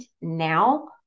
now